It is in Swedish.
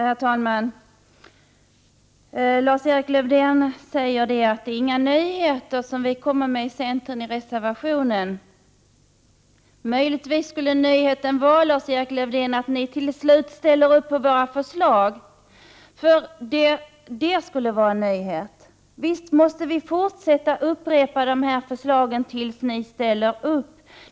Herr talman! Lars-Erik Lövdén sade att vi i centerns reservation inte kommer med några nyheter. Möjligtvis skulle nyheten vara att ni, Lars-Erik Lövdén, till slut ställer upp bakom våra förslag. Det skulle nämligen vara en nyhet! Visst måste vi fortsätta upprepa förslagen till dess ni ställer upp.